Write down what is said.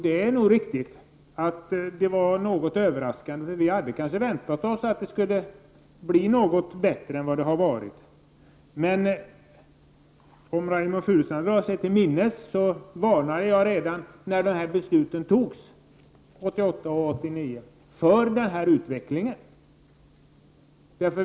Det är nog riktigt att det var något överraskande, för vi hade kanske väntat oss att det skulle bli något bättre än vad det har varit. Men, som Reynoldh Furustrand kanske drar sig till minnes, varnade jag redan när besluten togs 1988 och 1989 för den här utvecklingen.